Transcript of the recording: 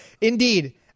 Indeed